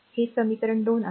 हे r समीकरण २ आहे